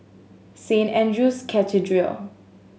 Saint Andrew's Cathedral